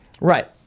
Right